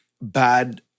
bad